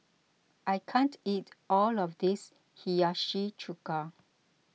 I can't eat all of this Hiyashi Chuka